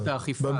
במדיניות האכיפה.